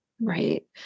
Right